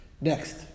Next